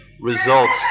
results